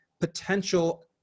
potential